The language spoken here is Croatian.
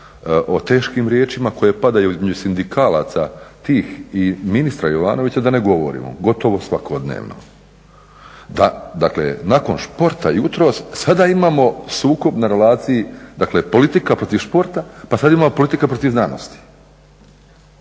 o teškim riječima koje padaju između sindikalaca tih i ministra Jovanovića da ne govorimo, gotovo svakodnevnom. Dakle, nakon športa jutros sada imamo sukob na relaciji dakle politika protiv športa, pa sad imamo politika protiv znanosti.